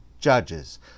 judges